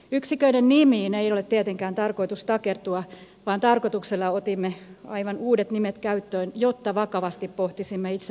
yksiköiden nimiin ei ole tietenkään tarkoitus takertua vaan tarkoituksella otimme aivan uudet nimet käyttöön jotta vakavasti pohtisimme itse mallin sisältöä